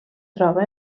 troba